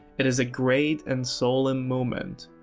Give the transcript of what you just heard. it is a great and solemn moment.